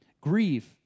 grieve